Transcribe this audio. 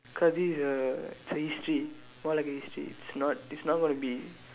cause this is a it's a history more like a history it's not it's not going to be